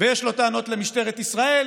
ויש לו טענות למשטרת ישראל,